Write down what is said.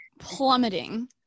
plummeting